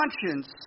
conscience